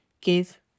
give